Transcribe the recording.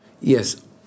Yes